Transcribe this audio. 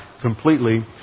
completely